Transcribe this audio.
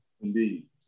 Indeed